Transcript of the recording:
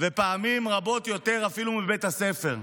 ופעמים רבות אפילו יותר מבית הספר.